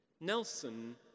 Nelson